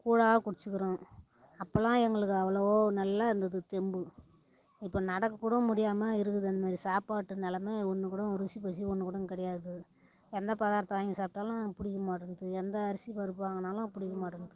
கூழாக குடிச்சிக்கிறோம் அப்போல்லாம் எங்களுக்கு அவ்ளோவோ நல்லா இருந்தது தெம்பு இப்போ நடக்க கூட முடியாம இருக்குது அந்த மாதிரி சாப்பாட்டு நிலம ஒன்று கூடும் ருசி பசி ஒன்று கூடும் கிடையாது என்ன பதார்த்த வாங்கி சாப்பிட்டாலும் பிடிக்க மாட்டேந்த்து எந்த அரிசி பருப்பு வாங்கினாலும் பிடிக்க மாட்டேந்த்து